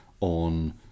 on